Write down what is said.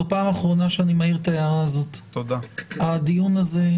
זו פעם אחרונה שאני מעיר את ההערה הזאת: הדיון הזה,